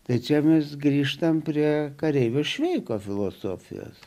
tai čia mes grįžtam prie kareivio šveiko filosofijos